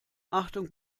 achtung